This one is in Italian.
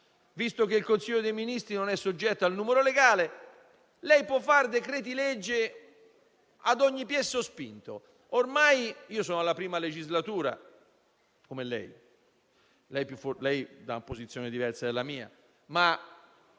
visto che il Consiglio dei ministri non è soggetto al numero legale, lei può emanare decreti-legge ad ogni piè sospinto. Io sono alla prima legislatura, come lei, anche se lei è in una posizione diversa dalla mia.